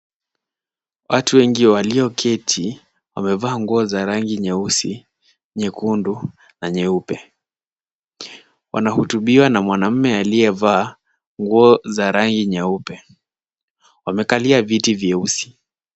Watu wengi walioketi wamevaa nguo za rangi nyeusi, nyekundu na nyeupe. Wanahutuniwa na mwanaume aliyevaa nguo za rangi nyeupe. Wakalia viti vyeusi.